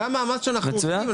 זה המאמץ שאנחנו עושים,